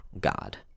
God